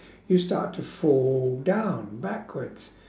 you start to fall down backwards